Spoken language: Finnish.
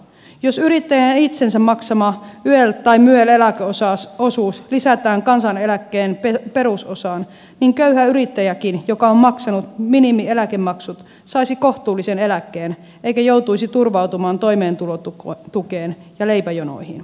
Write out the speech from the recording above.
jos yrittäjän itsensä maksama yel tai myel eläkeosuus lisättäisiin kansaneläkkeen perusosaan köyhä yrittäjäkin joka on maksanut minimieläkemaksut saisi kohtuullisen eläkkeen eikä joutuisi turvautumaan toimeentulotukeen ja leipäjonoihin